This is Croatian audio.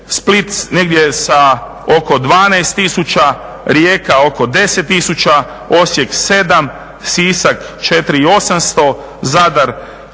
Split negdje sa oko 12 tisuća, Rijeka oko 10 tisuća, Osijek 7, Sisak 4800, Zadar